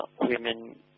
women